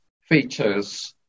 features